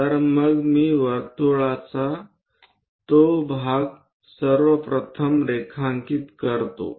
तर मग मी वर्तुळाचा तो भाग सर्व प्रथम रेखांकित करतो